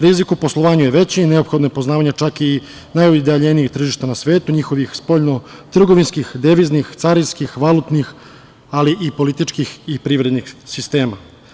Rizik u poslovanju je veći, neophodno je poznavanje čak i najudaljenijih tržišta na svetu, njihovih spoljnotrgovinskih, deviznih, carinskih, valutnih, ali i političkih i privrednih sistema.